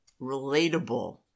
relatable